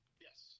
Yes